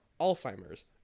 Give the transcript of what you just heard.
Alzheimer's